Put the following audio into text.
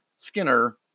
Skinner